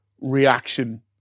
reaction